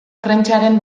prentsaren